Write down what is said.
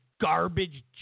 garbage